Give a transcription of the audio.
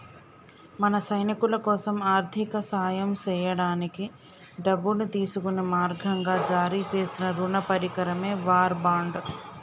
మన సైనికులకోసం ఆర్థిక సాయం సేయడానికి డబ్బును తీసుకునే మార్గంగా జారీ సేసిన రుణ పరికరమే వార్ బాండ్